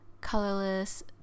Colorless